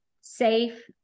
safe